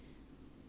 yeah